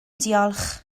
diolch